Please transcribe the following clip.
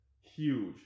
huge